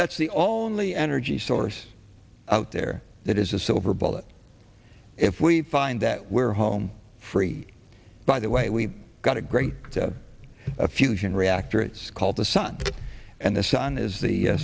that's the only energy source out there that is a silver bullet if we find that we're home free by the way we got a great a fusion reactor it's called the sun and the sun is the